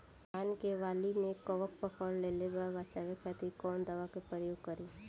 धान के वाली में कवक पकड़ लेले बा बचाव खातिर कोवन दावा के प्रयोग करी?